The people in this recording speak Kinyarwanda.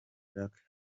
jack